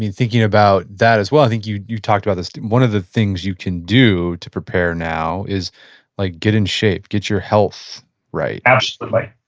thinking about that as well, i think you you talked about this. one of the things you can do to prepare now is like get in shape, get your health right absolutely.